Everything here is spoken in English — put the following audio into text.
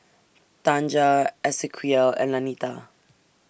Tanja Esequiel and Lanita